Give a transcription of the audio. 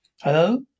Hello